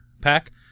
Pack